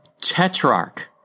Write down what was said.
tetrarch